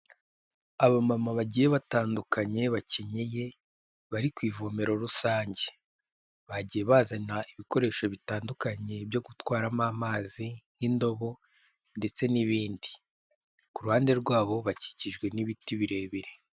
Abamama bagiye batandukanye bakenyeye bari ku ivomero rusange bagiye bazana ibikoresho bitandukanye byo gutwaramo amazi nk'indobo ndetse n'ibindi kuruhande rwabo bakikijwe n'ibiti birebire.